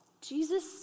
Jesus